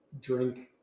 drink